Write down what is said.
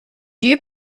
you